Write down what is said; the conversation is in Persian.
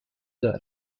دارم